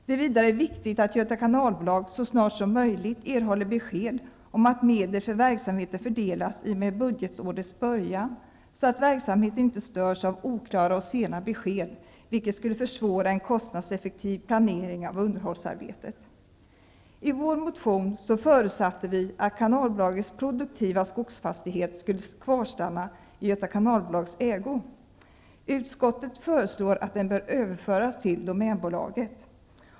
Det är vidare viktigt att Göta kanalbolag så snart som möjligt erhåller besked om att medel för verksamheten fördelas i och med budgetårets början, så att verksamheten inte störs av oklara och sena besked, vilket skulle försvåra en kostnadseffektiv planering av underhållsarbetet. I vår motion förutsatte vi att kanalbolagets produktiva skogsfastighet skulle kvarstanna i Göta kanalbolags ägo. Utskottet föreslår att den bör överföras till domänbolaget.